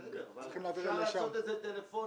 בסדר, אבל אפשר לעשות את זה טלפונית.